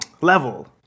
level